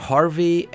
Harvey